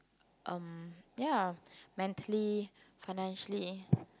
um ya mentally financially